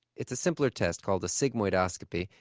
it's a simpler test called a sigmoidoscopy.